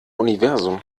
universum